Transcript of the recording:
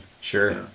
Sure